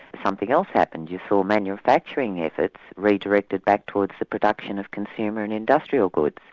something else happened, you saw manufacturing efforts redirected back towards the production of consumer and industrial goods,